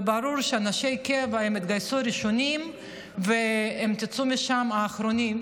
וברור שאנשי הקבע התגייסו ראשונים והם יצאו משם האחרונים,